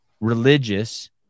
religious –